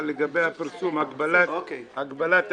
אבל לגבי הפרסום, הגבלת הסכום?